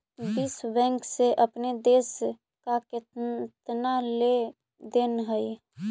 विश्व बैंक से अपने देश का केतना लें देन हई